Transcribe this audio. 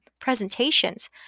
presentations